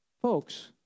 Folks